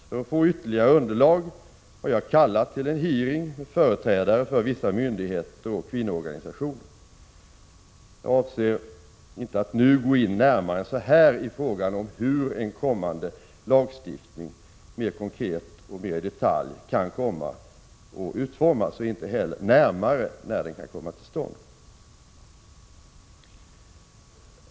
För att få ytterligare underlag har jag kallat till en hearing med företrädare för vissa myndigheter och kvinnoorganisationer. Jag avser inte att nu närmare gå in på frågan om hur en kommande lagstiftning mer konkret och mer i detalj kan komma att utformas. Jag kan inte heller säga exakt när den kan komma till stånd.